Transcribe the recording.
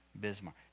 Bismarck